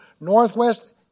Northwest